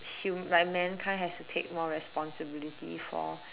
human like mankind has to take more responsibility for